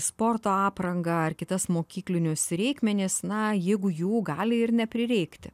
sporto aprangą ar kitas mokyklinius reikmenis na jeigu jų gali ir neprireikti